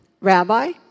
Rabbi